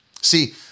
See